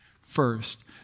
first